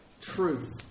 Truth